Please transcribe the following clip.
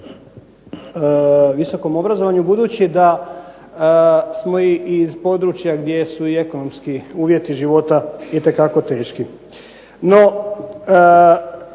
visokom obrazovanju, budući da smo iz područja gdje su i ekonomski uvjeti života itekako teški.